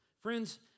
Friends